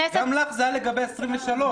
גם לך זה היה לגבי עשרים-ושלוש.